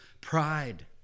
pride